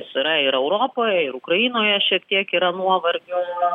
jis yra ir europoj ir ukrainoje šiek tiek yra nuovargio